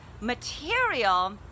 material